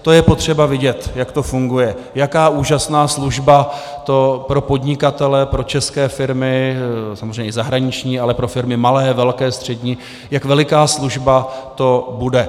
To je potřeba vidět, jak to funguje, jaká úžasná služba to pro podnikatele, pro české firmy, samozřejmě i zahraniční, ale pro firmy malé, velké, střední, jak veliká služba to bude.